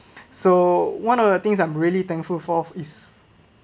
so one of the things I'm really thankful for is